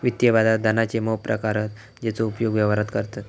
वित्तीय बाजारात धनाचे मोप प्रकार हत जेचो उपयोग व्यवहारात करतत